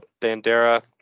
Bandera